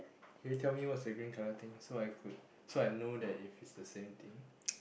can you tell me what's the green colour thing so I could I know if it's the same thing